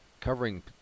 covering